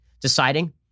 deciding